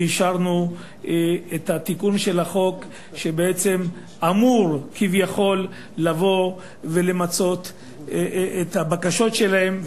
ואישרנו את התיקון של החוק שבעצם אמור כביכול למצות את הבקשות שלהם,